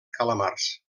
calamars